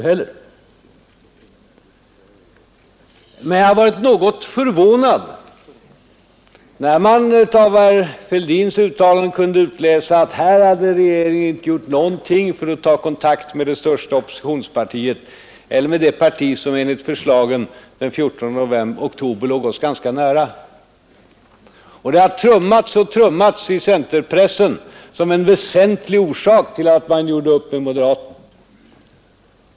Jag har dock varit något förvånad när man av herr Fälldins uttalanden kunnat utläsa att regeringen inte hade gjort något för att ta kontakt med det största oppositionspartiet eller med det parti som enligt förslaget av den 14 oktober låg oss ganska nära. Detta påstående har trummats in om och om igen i centerpressen som en väsentlig orsak till att man gjorde upp med moderaterna.